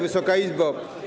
Wysoka Izbo!